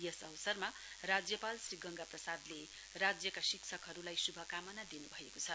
यस अवसरमा राज्यपाल श्री गंगा प्रसादले राज्यका शिक्षकहरूलाई शुभकामना दिनु भएको छ